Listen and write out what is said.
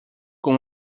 com